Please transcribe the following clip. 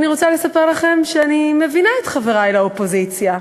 אני רוצה לספר לכם שאני מבינה את חברי האופוזיציה.